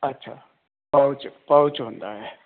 ਅੱਛਾ pouch pouch ਹੁੰਦਾ ਹੈ